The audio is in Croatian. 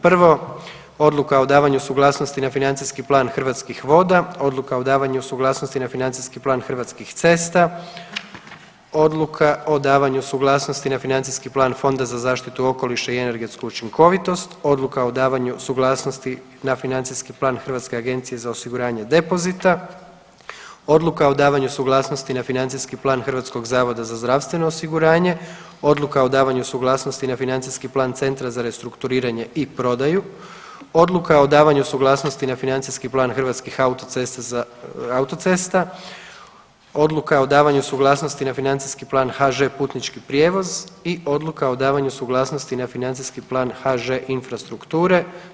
Prvo, Odluka o davanju suglasnosti na financijski plan Hrvatskih voda, Odluka o davanju suglasnosti na financijski plan Hrvatskih cesta, Odluka o davanju suglasnosti na financijski plan Fonda za zaštitu okoliša i energetsku učinkovitost, Odluka o davanju suglasnosti na financijski plan Hrvatske agencije za osiguranje depozita, Odluka o davanju suglasnosti na financijski plan Hrvatskog zavoda za zdravstveno osiguranje, Odluka o davanju suglasnosti na financijski plan Centra za restrukturiranje i prodaju, Odluka o davanju suglasnosti na financijski plan Hrvatskih autocesta za autocesta, Odluka o davanju suglasnosti na financijski plan HŽ Putnički prijevoz i Odluka o davanju suglasnosti na financijski plan HŽ Infrastrukture.